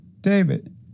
David